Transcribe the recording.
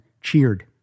cheered